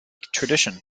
tradition